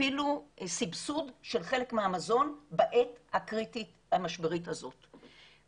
אפילו סבסוד של חלק מהמזון בעת הקריטית והמשברית הזאת.